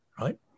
right